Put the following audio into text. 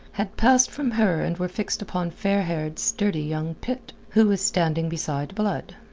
had passed from her and were fixed upon fair-haired, sturdy young pitt, who was standing beside blood.